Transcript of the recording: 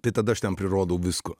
tai tada aš ten prirodau visko